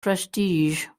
prestige